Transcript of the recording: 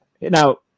now